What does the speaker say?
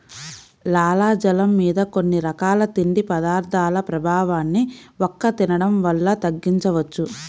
లాలాజలం మీద కొన్ని రకాల తిండి పదార్థాల ప్రభావాన్ని వక్క తినడం వల్ల తగ్గించవచ్చు